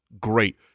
great